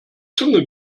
zunge